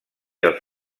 els